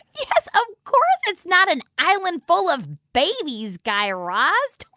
yeah so course it's not an island full of babies, guy raz.